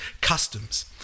customs